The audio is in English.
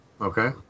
Okay